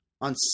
on